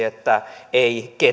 että ei